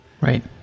Right